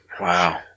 Wow